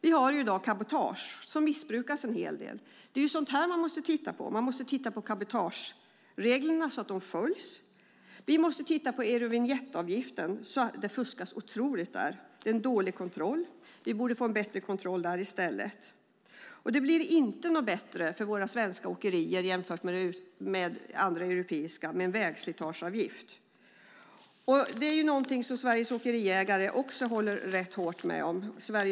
I dag har vi cabotage som missbrukas en hel del. Sådant här måste man titta på. Man måste titta på cabotagereglerna och se till att de följs. Vi måste också titta på eurovinjettavgiften. Där fuskas det otroligt mycket. Det är dålig kontroll så vi borde få en bättre kontroll. Och inte blir det bättre för våra svenska åkerier med en vägslitageavgift - då jämfört med andra europeiska åkerier. Också Sveriges åkeriägare håller rätt starkt med om det.